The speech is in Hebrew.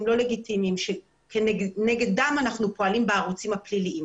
לא לגיטימיים כנגדם אנחנו פועלים בערוצים הפליליים.